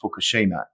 Fukushima